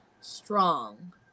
strong